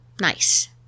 Nice